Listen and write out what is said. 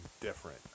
different